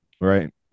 right